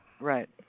Right